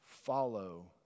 follow